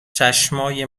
چشمای